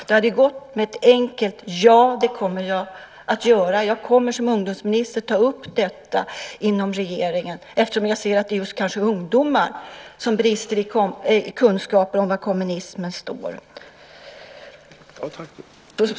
Det hade räckt med ett enkelt: Ja, det kommer jag att göra - jag kommer som ungdomsminister att ta upp detta i regeringen eftersom jag ser att det är kanske just ungdomar som brister i kunskap om var kommunismen står.